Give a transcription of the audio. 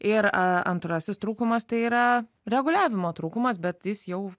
ir antrasis trūkumas tai yra reguliavimo trūkumas bet jis jau